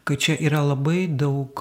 kad čia yra labai daug